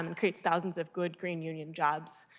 um create thousands of good green union jobs.